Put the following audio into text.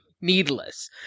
needless